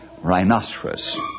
rhinoceros